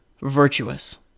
virtuous